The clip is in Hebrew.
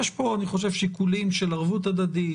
יש פה, אני חושב, שיקולים של ערבות הדדית.